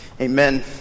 Amen